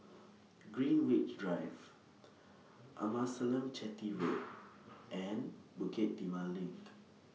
Greenwich Drive Amasalam Chetty Road and Bukit Timah LINK